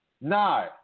No